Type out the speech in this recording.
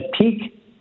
peak